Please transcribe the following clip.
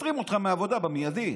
מפטרים אותך מהעבודה במיידי.